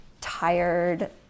tired